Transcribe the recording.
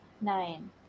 nine